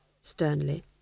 sternly